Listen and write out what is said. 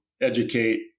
educate